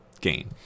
gain